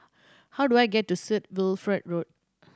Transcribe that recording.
how do I get to St Wilfred Road